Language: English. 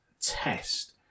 test